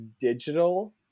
digital